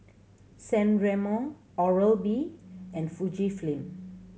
San Remo Oral B and Fujifilm